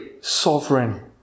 sovereign